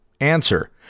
answer